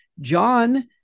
John